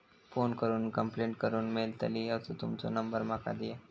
Phone करून complaint करूक मेलतली असो तुमचो नंबर माका दिया?